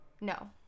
no